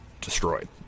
destroyed